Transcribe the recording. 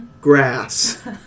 grass